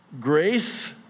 grace